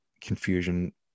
confusion